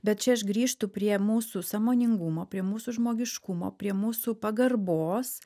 bet čia aš grįžtu prie mūsų sąmoningumo prie mūsų žmogiškumo prie mūsų pagarbos